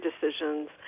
decisions